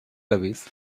lewis